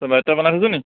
তই বায়'ডাটা বনাই থৈছনি